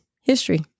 history